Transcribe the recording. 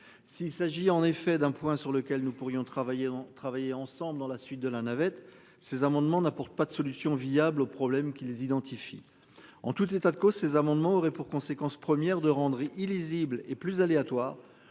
S'il s'agit en effet d'un point sur lequel nous pourrions travailler travailler ensemble dans la suite de la navette. Ces amendements n'apporte pas de solutions viables aux problèmes qui les identifie. En tout état de cause, ces amendements aurait pour conséquence première de rendre illisible et plus aléatoire.